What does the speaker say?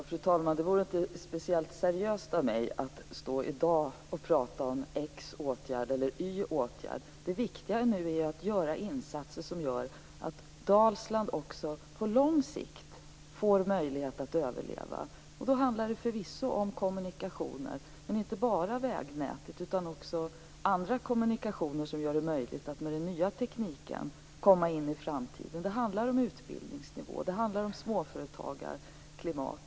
Fru talman! Det vore inte speciellt seriöst av mig att stå i dag och prata om "x åtgärd" eller "y åtgärd". Det viktiga nu är att göra insatser som leder till att Dalsland också på lång sikt får möjlighet att överleva. Då handlar det förvisso om kommunikationer. Men det handlar inte bara om vägnätet utan också om andra kommunikationer som gör det möjligt att med den nya tekniken komma in i framtiden. Det handlar om utbildningsnivå. Det handlar om småföretagarklimat.